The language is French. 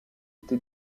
été